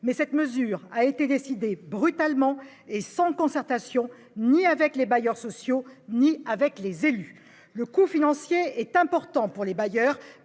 mais cette mesure a été décidée brutalement et sans concertation, ni avec les bailleurs sociaux ni avec les élus. Le coût financier est important pour les bailleurs,